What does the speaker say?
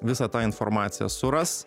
visą tą informaciją suras